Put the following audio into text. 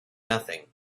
nothing